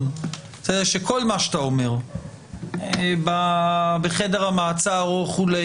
שכל מה שהוא אומר בחדר המעצר וכולי,